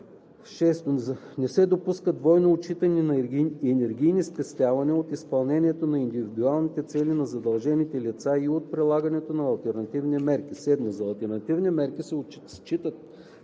Не се допуска двойно отчитане на енергийни спестявания от изпълнението на индивидуалните цели на задължените лица и от прилагането на алтернативни мерки. (7) За алтернативни мерки се считат